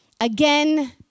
again